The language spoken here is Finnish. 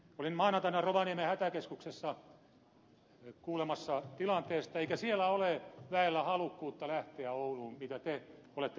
olin maanantaina rovaniemen hätäkeskuksessa kuulemassa tilanteesta eikä siellä ole väellä halukkuutta lähteä ouluun mitä te olette tuputtamassa